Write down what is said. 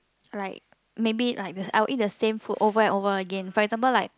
like maybe like this I will eat the same food over and over again for example like